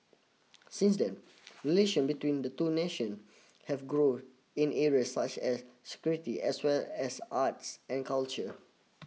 since then relation between the two nation have grow in areas such as security as well as arts and culture